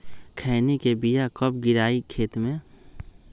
खैनी के बिया कब गिराइये खेत मे?